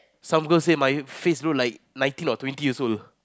some girl say my face look like nineteen or twenty years old